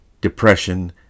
depression